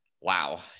wow